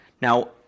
Now